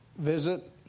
Visit